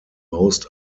most